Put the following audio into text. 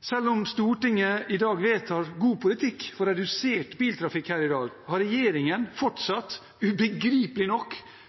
Selv om Stortinget i dag vedtar en god politikk for redusert biltrafikk her i dag, har regjeringen fortsatt – ubegripelig nok